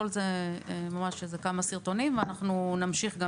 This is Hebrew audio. כל זה כולל כמה סרטונים ואנחנו נמשיך,